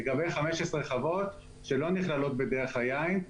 לגבי 15 חוות שלא נכללות בדרך היין,